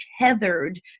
tethered